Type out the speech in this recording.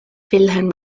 wilhelm